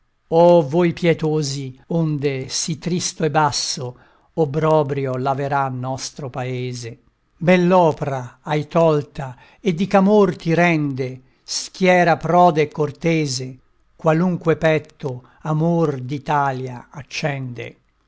oh voi pietosi onde sì tristo e basso obbrobrio laverà nostro paese bell'opra hai tolta e di ch'amor ti rende schiera prode e cortese qualunque petto amor d'italia accende